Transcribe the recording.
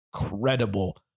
incredible